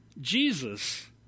Jesus